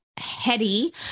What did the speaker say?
heady